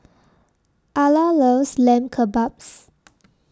Ala loves Lamb Kebabs